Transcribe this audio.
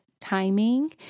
timing